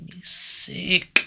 sick